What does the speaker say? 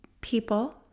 people